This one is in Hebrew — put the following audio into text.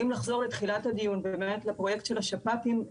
אם נחזור לתחילת הדיון ובאמת לפרויקט של השפ"פים,